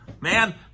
man